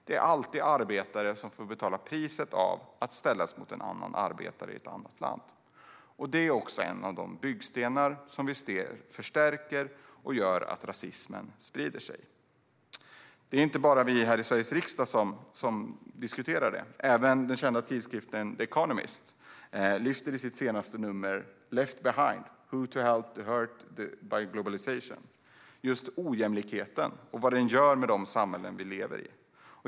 Det är alltid arbetaren som får betala priset att ställas mot en annan arbetare i ett annat land. Det är också en av de byggstenar som förstärker och sprider rasismen. Det är inte bara vi i Sveriges riksdag som diskuterar detta. Även den kända tidskriften The Economist skriver i sitt senaste nummer under rubriken "Left behind - How to help places hurt by globalisation" just ojämlikheten och vad den gör med de samhällen vi lever i.